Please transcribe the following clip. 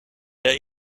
der